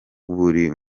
buri